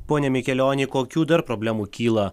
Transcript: pone mikelioni kokių dar problemų kyla